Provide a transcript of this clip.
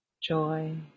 joy